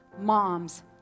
moms